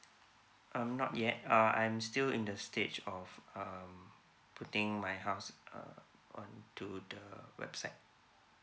um not yet uh I'm still in the stage of uh putting my house uh on to the website